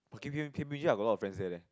oh K_P_M_G I got a lot of friends there leh